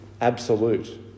absolute